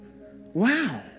Wow